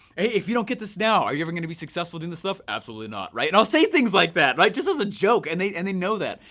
if you don't get this now, are you ever going to be successful doing this stuff? absolutely not, right? i'll say things like that. just as a joke, and they and they know that.